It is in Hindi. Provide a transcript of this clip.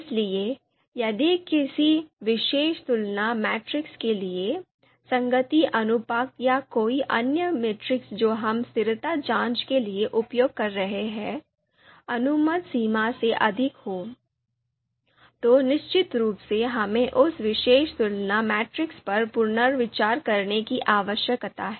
इसलिए यदि किसी विशेष तुलना मैट्रिक्स के लिए संगति अनुपात या कोई अन्य मीट्रिक जो हम स्थिरता जांच के लिए उपयोग कर रहे हैं अनुमत सीमा से अधिक हो तो निश्चित रूप से हमें उस विशेष तुलना मैट्रिक्स पर पुनर्विचार करने की आवश्यकता है